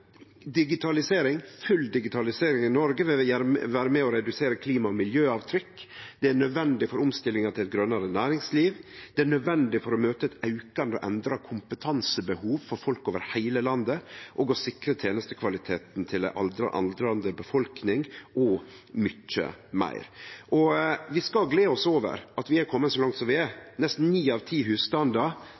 Full digitalisering i Noreg vil vere med og redusere klima- og miljøavtrykk, det er nødvendig for omstillinga til eit grønare næringsliv, det er nødvendig for å møte eit aukande og endra kompetansebehov for folk over heile landet og for å sikre tenestekvaliteten til ei aldrande befolkning – og mykje meir. Vi skal gle oss over at vi har kome så langt som vi har. Nesten ni av ti husstandar